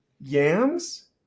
Yams